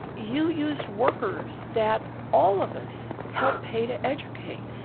you used workers that all of us help pay to educate.